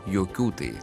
jokių tai